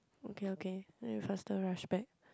okay okay then you faster rush back